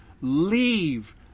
leave